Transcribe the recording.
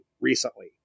recently